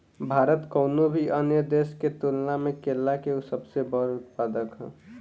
भारत कउनों भी अन्य देश के तुलना में केला के सबसे बड़ उत्पादक ह